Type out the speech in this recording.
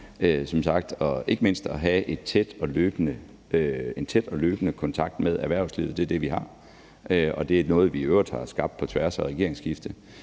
som sagt ikke mindst at have en tæt og løbende kontakt med erhvervslivet. Det er det, vi har, og det er noget, vi i øvrigt har skabt på tværs af regeringsskiftet.